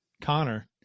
Connor